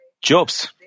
Job's